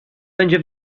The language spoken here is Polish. będzie